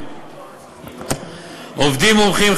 עובדים מומחים,